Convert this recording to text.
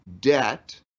debt